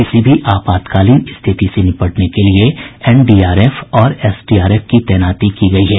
किसी भी आपातकालीन स्थिति से निपटने के लिए एनडीआरएफ और एसडीआरएफ की तैनाती की गयी है